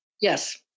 Yes